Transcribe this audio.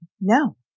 no